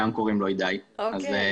בקצרה.